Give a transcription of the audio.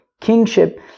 kingship